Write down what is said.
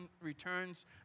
returns